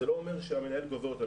זה לא אומר שהמנהל גובה אותו.